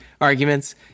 arguments